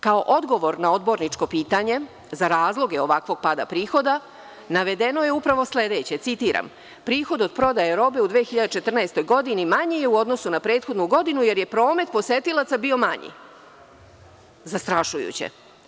Kao odgovor na odborničko pitanje za razloge ovakvog pada prihoda, navedeno je upravo sledeće: „Prihod od prodaje robe u 2014. godini, manji je u odnosu na prethodnu godinu, jer je promet posetilaca bio manji.“ Zastrašujuće.